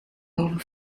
over